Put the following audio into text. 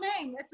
name